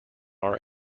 our